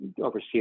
oversee